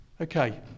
Okay